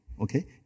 Okay